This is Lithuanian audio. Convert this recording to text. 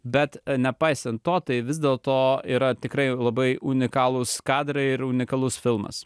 bet nepaisant to tai vis dėlto yra tikrai labai unikalūs kadrai ir unikalus filmas